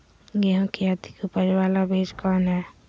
गेंहू की अधिक उपज बाला बीज कौन हैं?